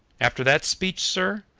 after that speech, sir,